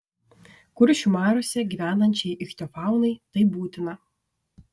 kuršių mariose gyvenančiai ichtiofaunai tai būtina